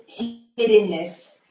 hiddenness